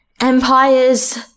Empires